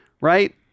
Right